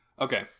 Okay